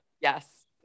Yes